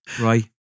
Right